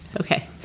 Okay